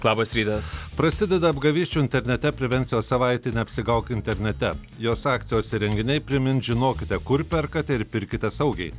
labas rytas prasideda apgavysčių internete prevencijos savaitė neapsigauk internete jos akcijos ir renginiai primins žinokite kur perkate ir pirkite saugiai